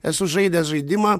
esu žaidęs žaidimą